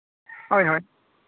ᱦᱳᱭ ᱦᱳᱭ